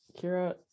Kira